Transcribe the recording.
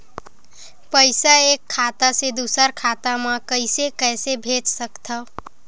पईसा एक खाता से दुसर खाता मा कइसे कैसे भेज सकथव?